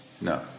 No